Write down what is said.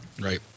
Right